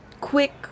quick